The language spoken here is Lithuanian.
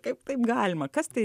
kaip taip galima kas tai